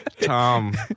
Tom